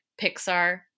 Pixar